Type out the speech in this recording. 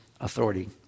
authority